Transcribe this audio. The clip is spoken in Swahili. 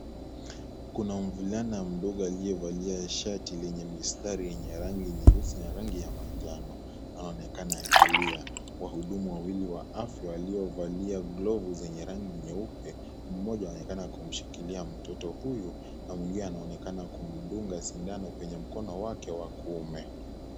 Kuna mvulana mdogo aliyevalia shati lenye mistari yenye rangi nyeusi na rangi ya manjano. Anaonekana akilia. Wahudumu wawili wa afya waliovalia glovu zenye rangi nyeupe, mmoja anaonekana kumshikilia mtoto huyo na mwingine anaonekana kumdunga sindano kwenye mkono wake wa kuume.